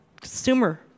consumer